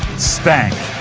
stank